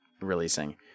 releasing